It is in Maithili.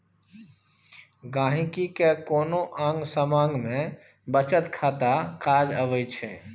गांहिकी केँ कोनो आँग समाँग मे बचत खाता काज अबै छै